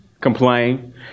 complain